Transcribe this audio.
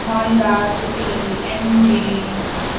Honda city MG